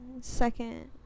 Second